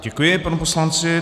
Děkuji panu poslanci.